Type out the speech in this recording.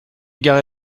garé